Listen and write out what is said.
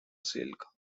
silk